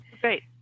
Great